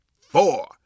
four